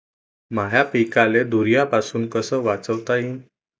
माह्या पिकाले धुयारीपासुन कस वाचवता येईन?